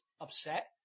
upset